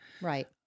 Right